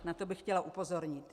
Na to bych chtěla upozornit.